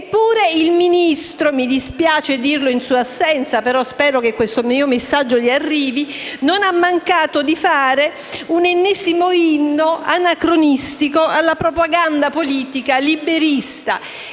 Eppure, il Ministro - mi dispiace dirlo in sua assenza, ma spero che il mio messaggio gli arrivi - non ha mancato di fare un ennesimo inno anacronistico alla propaganda politica liberista